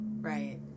Right